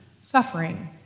suffering